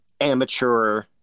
amateur